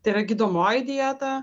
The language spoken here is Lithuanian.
tai yra gydomoji dieta